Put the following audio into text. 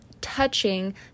touching